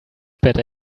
better